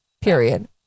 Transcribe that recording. period